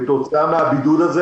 כתוצאה מן הבידוד הזה,